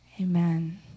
Amen